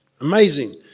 amazing